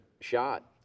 shot